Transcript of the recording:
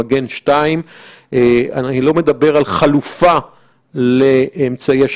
מגן 2. אני לא מדבר על חלופה לאמצעי השב"כ,